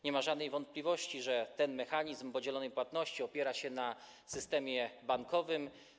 Nie ma żadnej wątpliwości, że mechanizm podzielonej płatności opiera się na systemie bankowym.